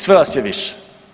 Sve vas je više.